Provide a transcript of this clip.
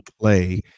play